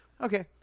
okay